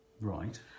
Right